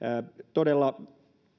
todella